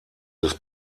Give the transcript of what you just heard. des